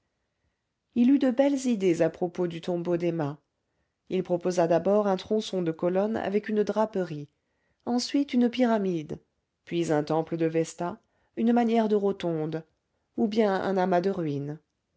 eut de belles idées à propos du tombeau d'emma il proposa d'abord un tronçon de colonne avec une draperie ensuite une pyramide puis un temple de vesta une manière de rotonde ou bien un amas de ruines